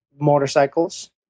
motorcycles